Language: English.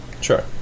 Sure